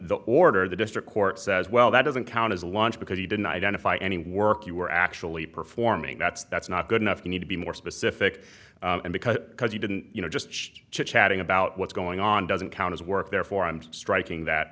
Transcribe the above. the order the district court says well that doesn't count as a launch because he didn't identify any work you were actually performing that's that's not good enough you need to be more specific and because you didn't you know just chit chatting about what's going on doesn't count as work therefore i'm striking that